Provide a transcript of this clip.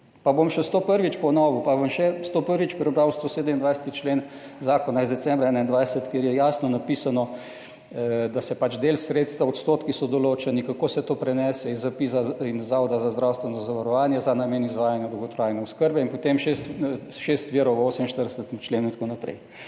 Pa bom še to prvič ponovil, pa bom še to prvič prebral 127. člen zakona iz decembra 2021, kjer je jasno napisano, da se pač del sredstev, odstotki so določeni, kako se to prenese iz ZPIZ in Zavoda za zdravstveno zavarovanje za namen izvajanja dolgotrajne oskrbe in potem še šest virov v 48. členu in tako naprej.